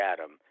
Adam